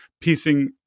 piecing